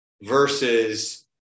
versus